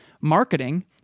Marketing